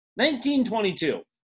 1922